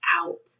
out